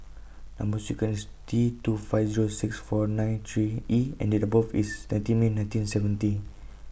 Number sequence T two five Zero six four nine three E and Date of birth IS nineteen May nineteen seventy